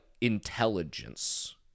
intelligence